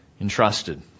entrusted